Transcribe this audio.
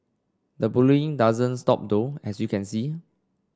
the bullying doesn't stop though as you can see